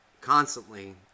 constantly